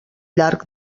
llarg